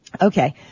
Okay